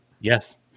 Yes